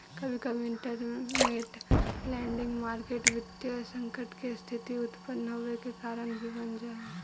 कभी कभी इंटरमेंट लैंडिंग मार्केट वित्तीय संकट के स्थिति उत्पन होवे के कारण भी बन जा हई